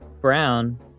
brown